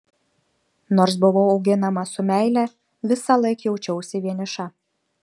nors buvau auginama su meile visąlaik jaučiausi vieniša